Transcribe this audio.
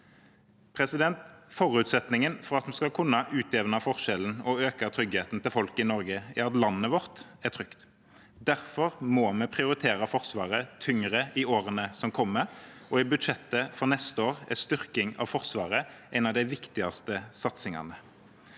trygghet. Forutsetningen for at vi skal kunne utjevne forskjellene og øke tryggheten til folk i Norge, er at landet vårt er trygt. Derfor må vi prioritere Forsvaret tyngre i årene som kommer, og i budsjettet for neste år er styrking av Forsvaret en av de viktigste satsingene.